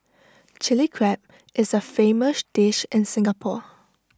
Chilli Crab is A famous dish in Singapore